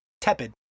Tepid